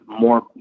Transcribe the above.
more